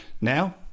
Now